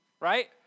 Right